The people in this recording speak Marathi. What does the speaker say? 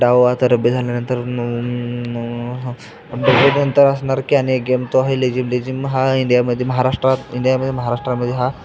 डाव आता रग्बी झाल्यानंतर नंतर असणार की आणि एक गेम तो आहे लेजिम लेजिम हा इंडियामध्ये महाराष्ट्रात इंडियामध्ये महाराष्ट्रामध्ये हा